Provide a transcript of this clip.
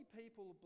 people